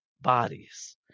bodies